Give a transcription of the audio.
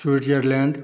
Switzerland